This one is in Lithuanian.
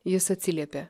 jis atsiliepė